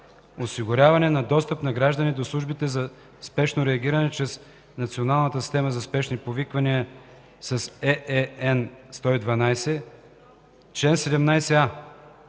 осигуряване на достъп на гражданите до службите за спешно реагиране чрез Националната система за спешни повиквания с ЕЕН 112 се